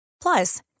Plus